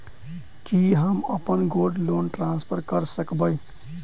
की हम अप्पन gold loan transfer करऽ सकबै?